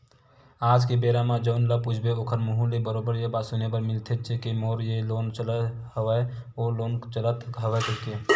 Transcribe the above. आज के बेरा म जउन ल पूछबे ओखर मुहूँ ले बरोबर ये बात सुने बर मिलथेचे के मोर ये लोन चलत हवय ओ लोन चलत हवय कहिके